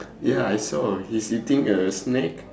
ya I saw he's eating a snack